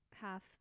Half